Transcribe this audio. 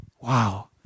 Wow